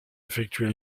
effectuer